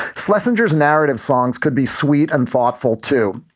schlesinger's narrative songs could be sweet and thoughtful, too.